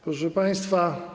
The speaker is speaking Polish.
Proszę państwa.